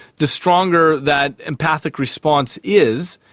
the stronger that empathic response is,